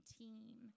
team